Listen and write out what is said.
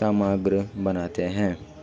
सामग्री बनाते है